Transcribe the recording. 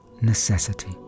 necessity